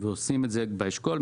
עושים את זה באשכול,